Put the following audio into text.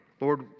Lord